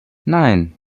nein